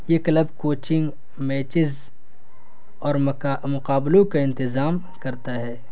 یہ club coaching matches اور مکا مقابلوں کا انتظام کرتا ہے